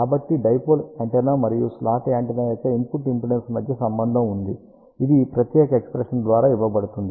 కాబట్టి dipole antenna మరియు slot antenna యొక్క ఇన్పుట్ ఇంపెడెన్స్ మధ్య సంబంధం ఉంది ఇది ఈ ప్రత్యేక ఎక్ష్ప్రెషన్ ద్వారా ఇవ్వబడుతుంది